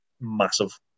massive